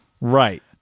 Right